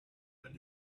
and